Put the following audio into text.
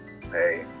Hey